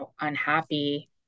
unhappy